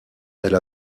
elle